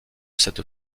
cette